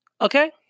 Okay